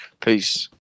Peace